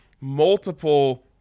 multiple